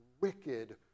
wicked